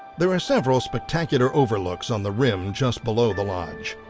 there are several spectacular overlooks on the rim just below the lodge.